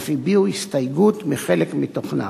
ואף הביעו הסתייגות מחלק מתכניו.